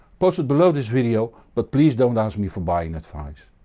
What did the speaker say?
post it below this video but please don't ask me for buying advise.